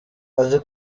azi